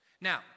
Now